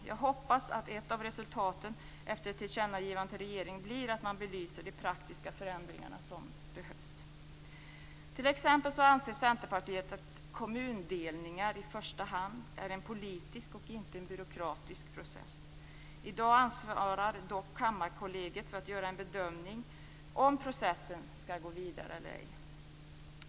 Jag hoppas att ett av resultaten efter ett tillkännagivande till regeringen blir att man belyser de praktiska förändringar som behövs. Centerpartiet anser t.ex. att kommundelning i första hand är en politisk, inte en byråkratisk, process. I dag ansvarar dock Kammarkollegiet för att en bedömning görs av om processen skall gå vidare eller ej.